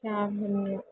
ಕ್ಯಾಬನ್ನು